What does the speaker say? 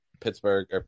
Pittsburgh